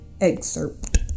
excerpt